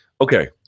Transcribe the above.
Okay